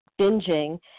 binging